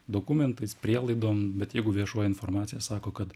dokumentais prielaidom bet jeigu viešoji informacija sako kad